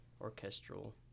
orchestral